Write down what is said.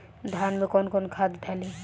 धान में कौन कौनखाद डाली?